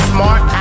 Smart